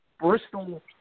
Bristol